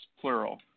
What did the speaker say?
plural